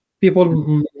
people